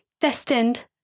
Destined